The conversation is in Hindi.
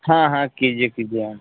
हाँ हाँ कीजिए कीजिए आप